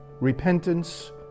repentance